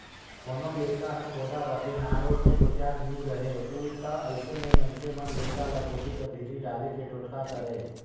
कोनो लरिका हर कोदा रहथे, नानरोट मे गोठियात नी रहें उ ता अइसे मे मइनसे मन लरिका ल कोठी कर भीतरी डाले के टोटका करय